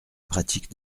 pratique